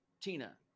Tina